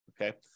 okay